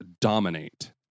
dominate